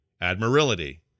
admiralty